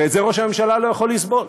ואת זה ראש הממשלה לא יכול לסבול.